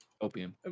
Opium